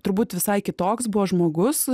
turbūt visai kitoks buvo žmogus